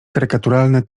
karykaturalne